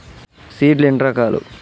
Seed లు ఎన్ని రకాలు?